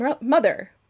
mother